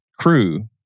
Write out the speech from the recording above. crew